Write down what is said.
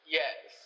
yes